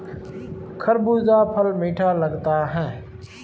खरबूजा फल मीठा लगता है